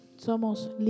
Somos